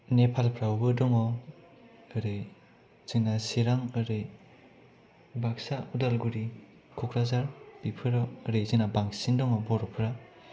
नेपालफ्रावबो दङ ओरै जोंना चिरां ओरै बाक्सा उदालगुरि क'क्राझार बेफोराव ओरै जोंना बांसिन दङ बर'फ्रा